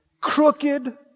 Crooked